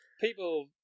people